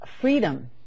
freedom